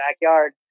backyard